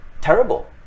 terrible